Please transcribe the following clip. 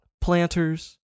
planters